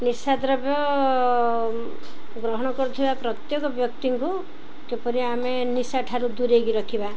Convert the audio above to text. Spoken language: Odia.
ନିଶା ଦ୍ରବ୍ୟ ଗ୍ରହଣ କରୁଥିବା ପ୍ରତ୍ୟେକ ବ୍ୟକ୍ତିଙ୍କୁ କିପରି ଆମେ ନିଶା ଠାରୁ ଦୂରେଇକି ରଖିବା